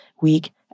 week